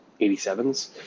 87s